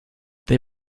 they